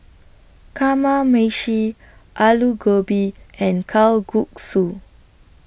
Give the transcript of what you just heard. Kamameshi Alu Gobi and Kalguksu